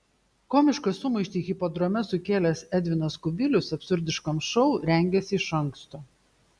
komišką sumaištį hipodrome sukėlęs edvinas kubilius absurdiškam šou rengėsi iš anksto